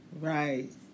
Right